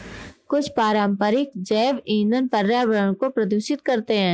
कुछ पारंपरिक जैव ईंधन पर्यावरण को प्रदूषित करते हैं